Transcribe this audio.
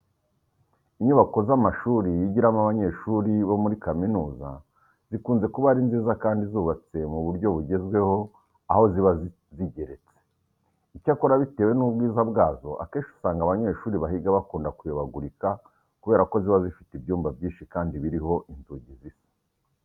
Inyubako z'amashuri yigiramo abanyeshuri bo muri kaminuza zikunze kuba ari nziza kandi zubatse mu buryo bugezweho aho ziba zigeretse. Icyakora bitewe n'ubwiza bwazo, akenshi usanga abanyeshuri bahiga bakunda kuyobagurika kubera ko ziba zifite ibyumba byinshi kandi biriho inzugi zisa.